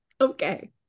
Okay